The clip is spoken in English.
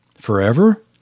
Forever